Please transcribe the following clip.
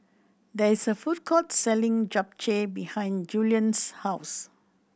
there is a food court selling Japchae behind Julien's house